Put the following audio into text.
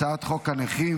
הצעת חוק הנכים